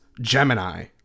Gemini